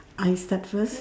I start first